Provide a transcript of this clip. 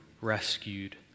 rescued